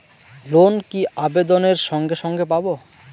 Loan কি আবেদনের সঙ্গে সঙ্গে পাব?